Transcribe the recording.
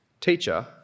Teacher